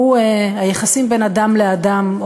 והוא היחסים בין אדם לאדם,